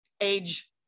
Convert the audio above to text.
age